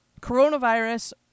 Coronavirus